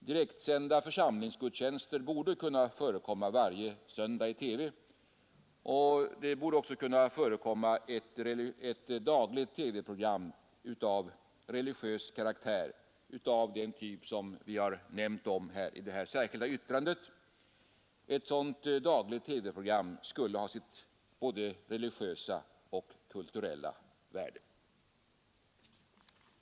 Direktsända församlingsgudstjänster borde kunna förekomma varje söndag i TV, och det borde också kunna förekomma ett dagligt religiöst TV-program av den typ som vi har nämnt om i det särskilda yttrandet. Ett sådant dagligt TV-program skulle ha sitt både religiösa och kulturella värde.